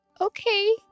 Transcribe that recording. Okay